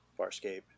Farscape